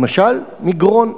למשל מגרון.